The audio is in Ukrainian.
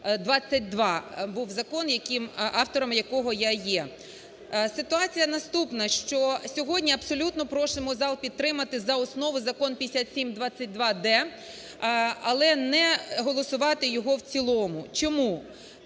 5722 був закон, автором якого я є. Ситуація наступна, що сьогодні абсолютно просимо зал підтримати за основу закон 5722-д, але не голосувати його в цілому. Чому?